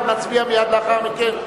אנחנו נצביע מייד לאחר מכן.